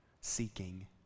seeking